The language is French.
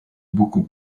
beaucoup